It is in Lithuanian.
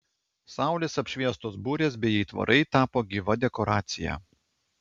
saulės apšviestos burės bei aitvarai tapo gyva dekoracija